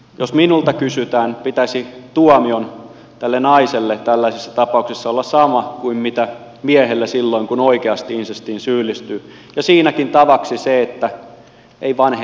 jos minulta kysytään pitäisi tuomion tälle naiselle tällaisissa tapauksissa olla sama kuin miehelle silloin kun oikeasti insestiin syyllistyy ja siinäkin tavaksi se että ei vanhene koskaan